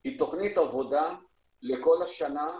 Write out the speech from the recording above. היא תוכנית עבודה לכל השנה,